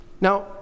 Now